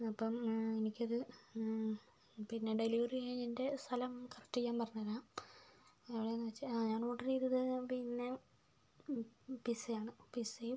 അപ്പം എനിക്കത് പിന്നെ ഡെലിവറെയ്യാൻ എൻ്റെ സ്ഥലം കറക്റ്റ് ഞാൻ പറഞ്ഞ് തരാം എവിടെയാന്ന് വെച്ചാൽ ആ ഞാൻ ഓർഡറെയ്തത് പിന്നെ പിസയാണ് പിസയും